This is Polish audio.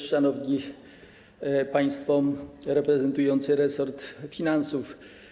Szanowni Państwo reprezentujący resort finansów!